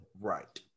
Right